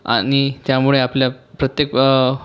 आणि त्यामुळे आपल्या प्रत्येक